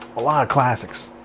a lot of classics.